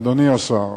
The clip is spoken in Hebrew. אדוני השר,